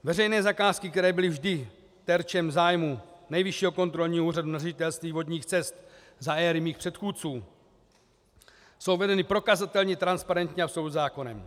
Veřejné zakázky, které byly dřív terčem zájmu Nejvyššího kontrolního úřadu na Ředitelství vodních cest za éry mých předchůdců, jsou vedeny prokazatelně transparentně a v souladu se zákonem.